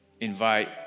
invite